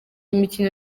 imikino